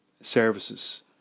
services